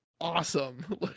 awesome